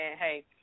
hey